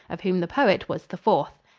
of whom the poet was the fourth.